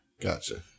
gotcha